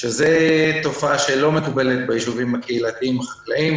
שזה תופעה שלא מקובלת בישובים הקהילתיים החקלאיים,